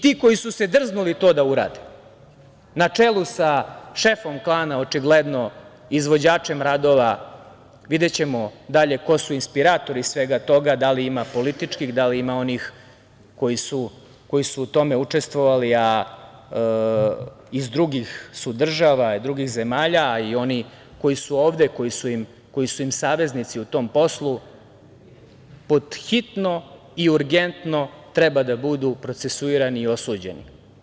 Ti koji su se drznuli to da urade, na čelu sa šefom klana, očigledno izvođačem radova, videćemo dalje ko su inspiratori svega toga, da li ima političkih, da li ima onih koji su u tome učestvovali, a iz drugih su država, drugih zemalja, a i oni koji su ovde, koji su im saveznici u tom poslu, pod hitno i urgentno treba da budu procesuirani i osuđeni.